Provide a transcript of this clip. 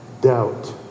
doubt